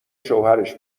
شوهرش